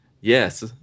yes